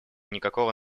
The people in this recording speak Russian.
никакого